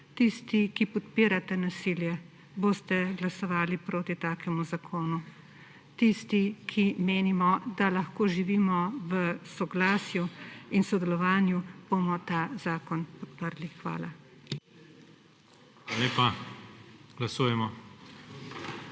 Tisti, ki podpirate nasilje, boste glasovali proti takemu zakonu. Tisti, ki menimo, da lahko živimo v soglasju in sodelovanju, bomo ta zakon podprli. Hvala. **PREDSEDNIK